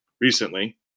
recently